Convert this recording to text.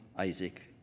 Isaac